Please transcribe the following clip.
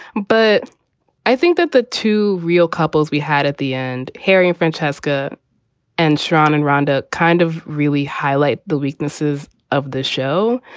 but i think that the two real couples we had at the end, herion, francesca and sharon and rhonda, kind of really highlight the weaknesses of this show.